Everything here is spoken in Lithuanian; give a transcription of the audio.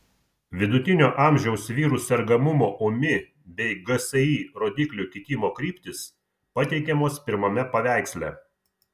vidutinio amžiaus vyrų sergamumo ūmi bei gsi rodiklių kitimo kryptys pateikiamos pirmame paveiksle